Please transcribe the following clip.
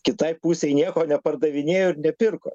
kitai pusei nieko nepardavinėjo ir nepirko